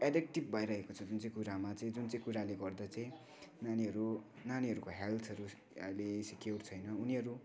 addicted भइरहेको छ जुन चाहिँ कुरामा चाहिँ जुन चाहिँ कुराले गर्दा चाहिँ नानीहरू नानीहरूको हेल्थहरू अहिले सेक्युर छैन उनीहरू